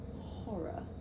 horror